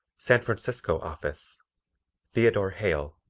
san francisco office theodore hale,